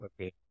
okay